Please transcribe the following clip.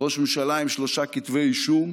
ראש ממשלה עם שלושה כתבי אישום,